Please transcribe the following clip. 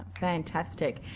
fantastic